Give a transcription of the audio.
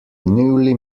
newly